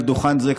על דוכן זה,